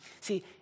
See